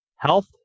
health